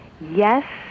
yes